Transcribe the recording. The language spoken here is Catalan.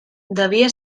devia